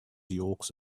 yolks